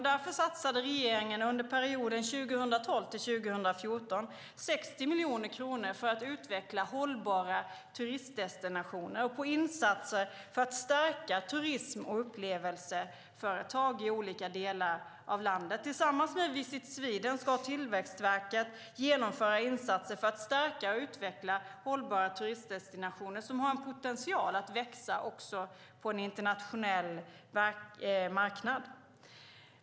Därför satsar regeringen under perioden 2012-2014 60 miljoner kronor på att utveckla hållbara turistdestinationer och på insatser för att stärka turism och upplevelseföretag i olika delar av landet. Tillsammans med Visit Sweden ska Tillväxtverket genomföra insatser för att stärka och utveckla hållbara turistdestinationer som har en potential att växa också på en internationell marknad.